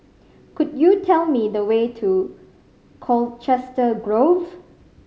could you tell me the way to Colchester Grove